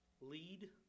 lead